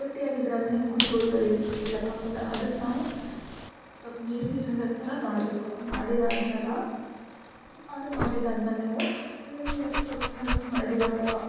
ಗಟ್ಟಿಯಾಗಿದ್ರೆ ಅದು ಹೆಂಗೆ ಕುಡಿಬೌದು ಹೇಳಿ ಕುಡಿಯೋಕ್ಕಾಗಲ್ಲ ಅದಕ್ಕೆ ನಾವು ಸ್ವಪ್ಪ್ ನೀರು ನೀರು ಇರೋ ಥರ ಮಾಡಬೇಕು ಮಾಡಿದ ಆದ್ಮೇಲೆ ಅದನ್ನು ಮಾಡಿದಾದ್ಮೇಲೆ ನೀವು ಅದನ್ನು ಸ್ವಲ್ಪ್ ತಣ್ಣಗೆ ಮಾಡಿ ಅಥವಾ